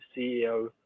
CEO